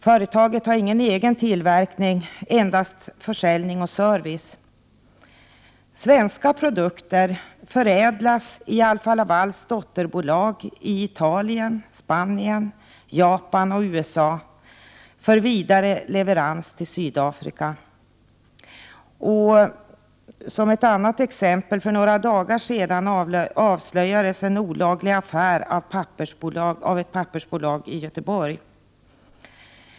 Företaget har inte någon egen tillverkning, endast försäljning och service. Svenska produkter förädlas i Alfa-Lavals dotterbolag i Italien, Spanien, Japan och USA för vidare leverans till Sydafrika. Ett annat exempel: För några dagar sedan avslöjades en olaglig affär av ett pappersbolag i Göteborg.